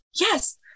Yes